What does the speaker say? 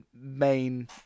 main